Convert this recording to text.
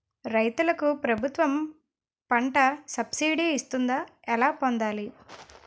రైతులకు ప్రభుత్వం పంట సబ్సిడీ ఇస్తుందా? ఎలా పొందాలి?